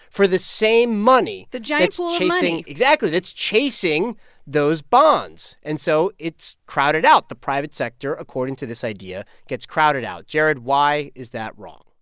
for the same money the giant bowl of money exactly. it's chasing those bonds, and so it's crowded out. the private sector, according to this idea, gets crowded out. jared, why is that wrong?